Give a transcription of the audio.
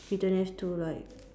you don't have to like